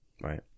Right